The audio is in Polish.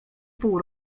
pół